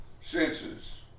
senses